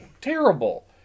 terrible